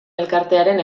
elkartearen